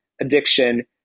addiction